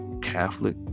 Catholic